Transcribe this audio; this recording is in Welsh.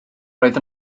roedd